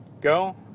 go